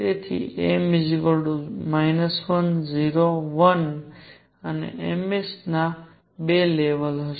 તેથી m 1 0 1 m s ના દરેક 2 લેવલ માટે હશે